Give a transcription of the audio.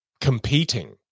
competing